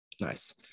Nice